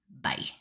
Bye